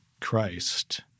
Christ